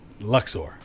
Luxor